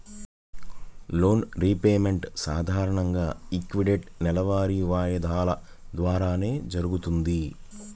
loan repayment సాధారణంగా equated నెలవారీ వాయిదాల ద్వారానే జరుగుతది